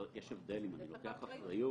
אני לא אמרתי שאני לא לוקח אחריות.